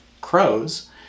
crows